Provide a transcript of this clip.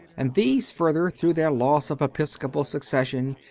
and these, further, through their loss of episcopal succes sion,